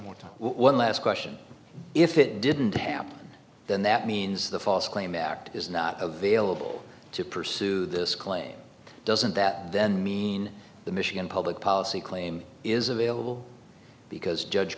one last question if it didn't happen then that means the false claim act is not available to pursue this claim doesn't that then mean the michigan public policy claim is available because judge